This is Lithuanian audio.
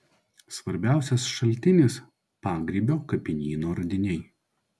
svarbiausias šaltinis pagrybio kapinyno radiniai